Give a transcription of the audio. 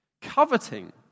Coveting